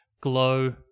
glow